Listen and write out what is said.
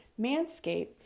manscape